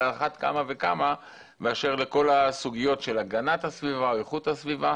אבל על אחת כמה וכמה כל הסוגיות של הגנת הסביבה ואיכות הסביבה.